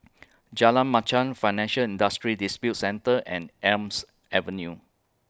Jalan Machang Financial Industry Disputes Center and Elm's Avenue